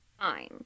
fine